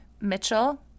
Mitchell